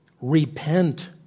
repent